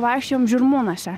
vaikščiojom žirmūnuose